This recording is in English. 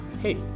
hey